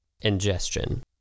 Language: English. Ingestion